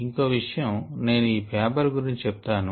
ఇంకో విషయం నేను ఈ పేపర్ గురించి చెప్తాను